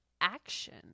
action